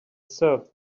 served